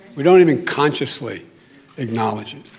we don't even consciously acknowledge it.